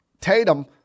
Tatum